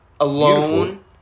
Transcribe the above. Alone